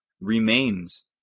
remains